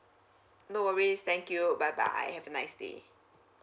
no worries thank you bye bye have a nice day